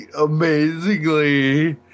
amazingly